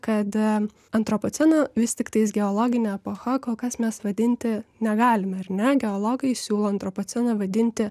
kad antropoceną vis tiktais geologine epocha kol kas mes vadinti negalime ar ne geologai siūlo antropoceną vadinti